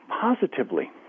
positively